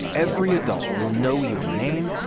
every adult will know your name,